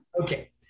Okay